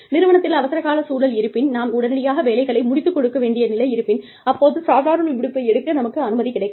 நிறுவனத்தில் அவசர கால சூழல் இருப்பின் நாம் உடனடியாக வேலைகளை முடித்துக் கொடுக்க வேண்டிய நிலை இருப்பின் அப்போது சாதாரண விடுப்பை எடுக்க நமக்கு அனுமதி கிடைக்காது